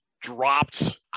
dropped